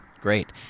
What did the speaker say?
Great